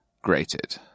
grated